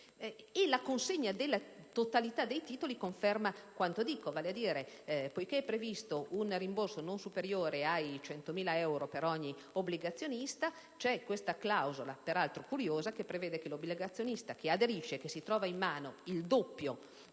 E la consegna della totalità dei titoli conferma quanto dico. Infatti, poiché è previsto un rimborso non superiore a 100.000 euro per ogni obbligazionista, c'è la clausola, peraltro curiosa, che prevede che l'obbligazionista che si trova in mano il doppio